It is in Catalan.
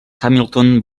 hamilton